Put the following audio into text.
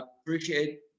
appreciate